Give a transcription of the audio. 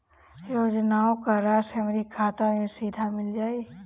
योजनाओं का राशि हमारी खाता मे सीधा मिल जाई?